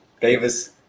Davis